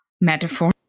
metaphor